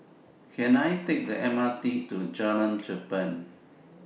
Can I Take The M R T to Jalan Cherpen